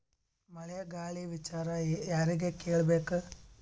ಮಳೆ ಗಾಳಿ ವಿಚಾರ ಯಾರಿಗೆ ಕೇಳ್ ಬೇಕು?